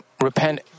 repent